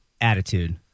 attitude